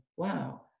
Wow